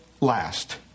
last